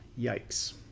Yikes